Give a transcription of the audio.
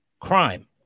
crime